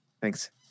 Thanks